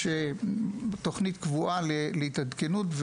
יש תוכנית קבועה להתעדכנות,